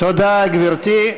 תודה, גברתי.